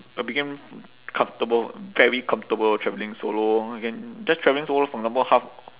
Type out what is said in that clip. I became comfortable very comfortable travelling solo just travelling solo for example half